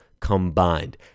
combined